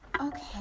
Okay